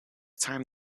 time